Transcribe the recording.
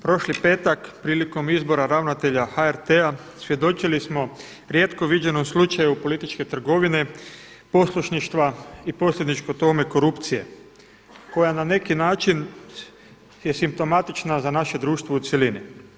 Prošli petak prilikom izbora ravnatelja HRT-a svjedočili smo rijetko viđenom slučaju političke trgovine, poslušništva i posljedično tome korupcije koja na neki način je simptomatična za naše društvo u cjelini.